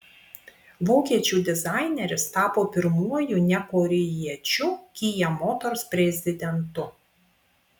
vokiečių dizaineris tapo pirmuoju ne korėjiečiu kia motors prezidentu